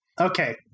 Okay